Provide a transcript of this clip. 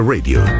Radio